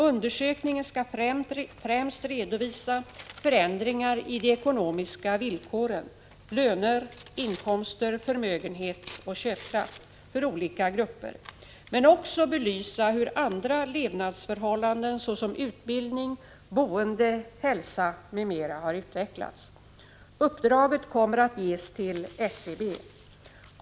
Undersökningen skall främst redovisa förändringar i de ekonomiska villkoren för olika grupper, men också belysa hur andra levnadsförhållanden, såsom utbildning, boende, hälsa m.m., har utvecklats. Uppdraget kommer att ges till SCB.